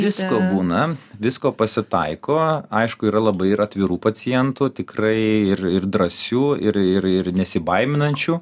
visko būna visko pasitaiko aišku yra labai ir atvirų pacientų tikrai ir ir drąsių ir ir ir nesibaiminančių